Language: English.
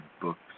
books